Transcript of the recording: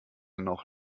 noch